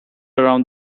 around